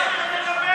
איך אתה מדבר?